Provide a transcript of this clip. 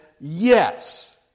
yes